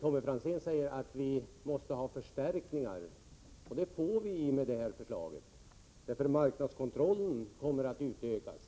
Tommy Franzén säger att vi måste ha förstärkningar. Det får vi i och med genomförandet av detta förslag, eftersom marknadskontrollen kommer att utökas.